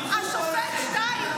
תלכו פה לחדר ותנהלו דיון,